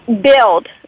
build